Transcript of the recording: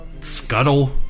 scuttle